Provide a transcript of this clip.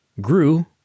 grew